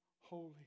holy